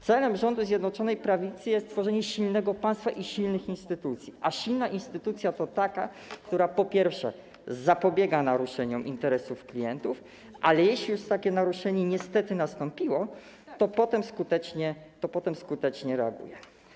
Celem rządu Zjednoczonej Prawicy jest tworzenie silnego państwa i silnych instytucji, a silna instytucja to taka, która przede wszystkim zapobiega naruszeniom interesów klientów, a jeśli już takie naruszenie niestety nastąpiło, to potem skutecznie reaguje.